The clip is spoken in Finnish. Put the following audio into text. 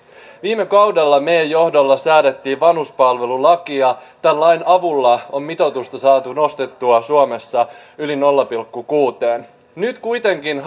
viime kaudella meidän johdollamme säädettiin vanhuspalvelulaki ja tämän lain avulla on mitoitusta saatu nostettua suomessa yli nolla pilkku kuuteen nyt kuitenkin